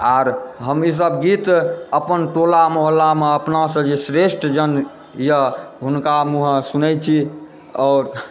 आर हम ईसभ गीत अपन टोला मोहल्लामे अपना से जे श्रेष्ठजन यए हुनका मूँहेँ सुनै छी और